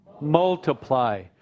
multiply